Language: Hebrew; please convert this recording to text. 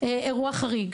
"אירוע חריג".